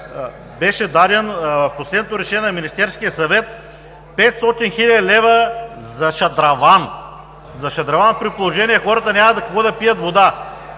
беше дадено, в последното решение на Министерския съвет, 500 хил. лв. за шадраван. За шадраван, при положение че хората няма от какво да пият вода!